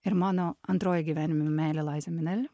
ir mano antroji gyvenimo meilė laizim ane